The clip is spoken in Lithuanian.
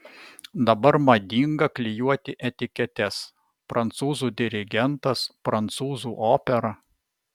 dabar madinga klijuoti etiketes prancūzų dirigentas prancūzų opera